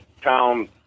town